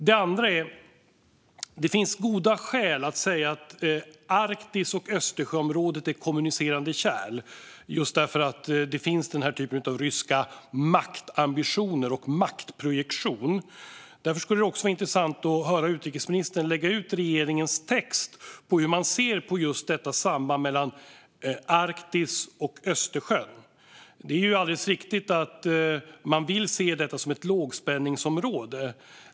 Det finns också goda skäl att säga att Arktis och Östersjöområdet är kommunicerande kärl just därför att det finns ryska maktambitioner och en maktprojektion. Därför skulle det också vara intressant att höra utrikesministern lägga ut regeringens text om hur man ser på just detta samband mellan Arktis och Östersjön. Det är alldeles riktigt att man vill se detta som ett lågspänningsområde.